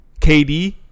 KD